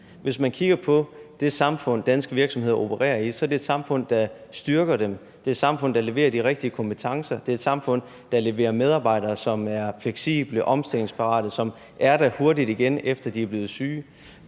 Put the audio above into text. Hvis man kigger på det samfund, danske virksomheder opererer i, så er det et samfund, der styrker dem. Det er et samfund, der leverer de rigtige kompetencer. Det er et samfund, der leverer medarbejdere, som er fleksible og omstillingsparate og hurtigt er der igen, efter at de har været syge.